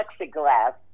plexiglass